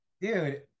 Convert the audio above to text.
dude